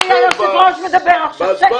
היושב-ראש מדבר עכשיו, שקט.